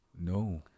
No